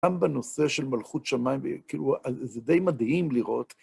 גם בנושא של מלאכות שמיים, כאילו זה די מדהים לראות.